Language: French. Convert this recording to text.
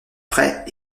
frais